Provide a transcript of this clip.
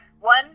One